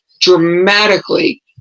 dramatically